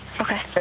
Okay